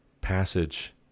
passage